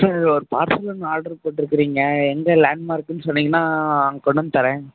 sir ஒரு parcel ஒன்று order போட்டிருக்கிறீங்க எந்த லேண்ட்மார்க்குன்னு சொன்னீங்கன்னால் அங்கே கொண்டு வந்து தரேன்